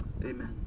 Amen